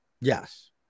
yes